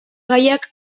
gaiak